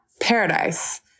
Paradise